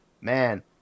man